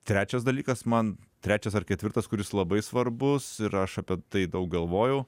trečias dalykas man trečias ar ketvirtas kuris labai svarbus ir aš apie tai daug galvojau